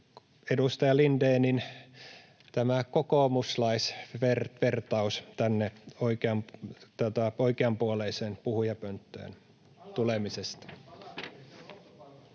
edustaja Lindénin kokoomuslaisvertaus tänne oikeanpuoleiseen puhujapönttöön tulemisesta.